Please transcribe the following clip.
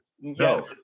No